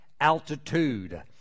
altitude